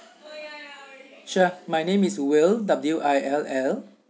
sure my name is will W I L L